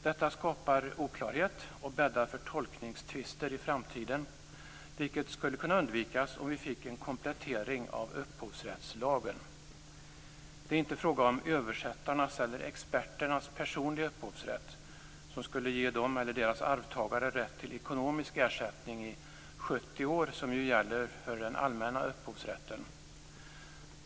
Detta skapar oklarhet och bäddar för tolkningstvister i framtiden vilket skulle kunna undvikas om vi fick en komplettering av upphovsrättslagen. Det är inte fråga om översättarnas eller experternas personliga upphovsrätt som skulle ge dem eller deras arvtagare rätt till ekonomisk ersättning i 70 år, som ju gäller för den allmänna upphovsrätten.